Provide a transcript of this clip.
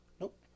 Nope